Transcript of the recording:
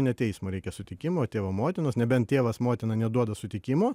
ne teismo reikia sutikimo tėvo motinos nebent tėvas motina neduoda sutikimo